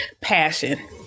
passion